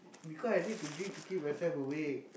because I need to drink to keep myself awake